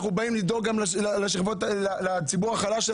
אנחנו באים לדאוג גם לציבור החלש של